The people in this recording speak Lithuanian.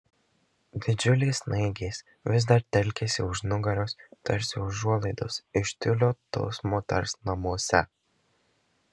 didžiulės snaigės vis dar telkėsi už nugaros tarsi užuolaidos iš tiulio tos moters namuose